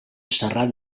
serrat